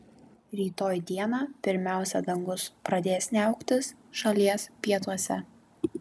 rytoj dieną pirmiausia dangus pradės niauktis šalies pietuose